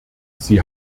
sie